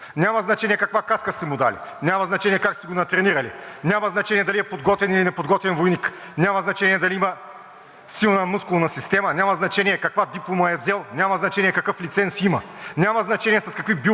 силна мускулна система. Няма значение каква диплома е взел. Няма значение какъв лиценз има. Няма значение с какви биостимулатори и болкоуспокояващи сте го натъпкали. Това нещо го праща в гробищата. (Показва.) Всеки войник знае, че това е лицето на смъртта.